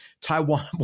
Taiwan